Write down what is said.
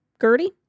Gertie